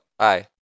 hi